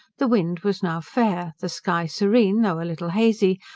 the wind was now fair, the sky serene, though a little hazy,